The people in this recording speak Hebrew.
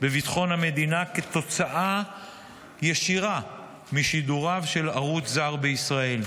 בביטחון המדינה כתוצאה ישירה משידוריו של ערוץ זר בישראל.